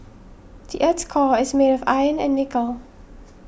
the earth's core is made of iron and nickel